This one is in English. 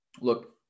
look